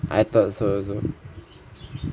I thought so also